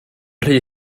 rhy